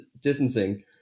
distancing